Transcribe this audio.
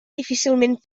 difícilment